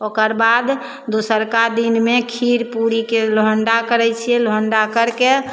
ओकरबाद दोसरका दिनमे खीर पूड़ीके लोहण्डा करै छिए लोहण्डा करिके